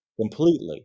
completely